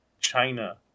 China